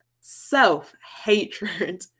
self-hatred